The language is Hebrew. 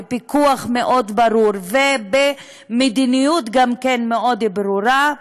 בפיקוח מאוד ברור וגם לפי מדיניות מאוד ברורה,